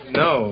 no